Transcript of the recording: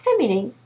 Feminine